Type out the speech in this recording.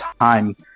time